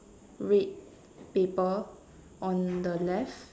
red paper on the left